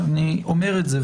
אני אומר את זה.